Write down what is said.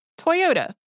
Toyota